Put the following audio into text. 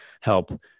help